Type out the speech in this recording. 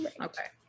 Okay